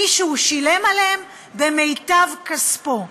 מישהו שילם עליהם במיטב כספו.